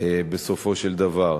בסופו של דבר.